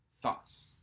Thoughts